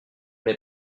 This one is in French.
n’ai